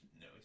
No